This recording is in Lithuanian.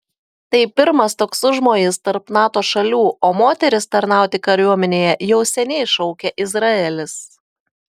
tai pirmas toks užmojis tarp nato šalių o moteris tarnauti kariuomenėje jau seniai šaukia izraelis